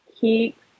keep